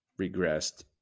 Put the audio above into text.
regressed